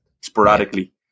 sporadically